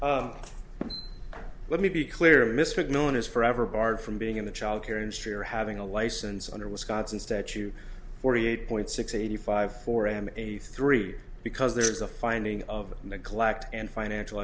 you let me be clear a mistake known as forever barred from being in the child care industry or having a license under wisconsin statue forty eight point six eighty five four i am a three because there is a finding of neglect and financial